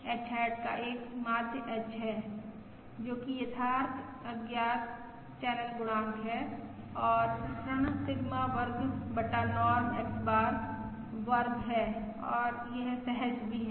h hat का एक माध्य h है जो कि यथार्थ अज्ञात चैनल गुणांक है और प्रसरण सिग्मा वर्ग बटा नॉर्म X बार वर्ग है और यह सहज भी है